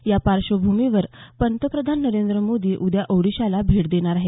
या पार्श्वभूमीवर पंतप्रधान नरेंद्र मोदी उद्या ओडिशाला भेट देणार आहेत